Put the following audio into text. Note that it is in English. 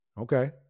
Okay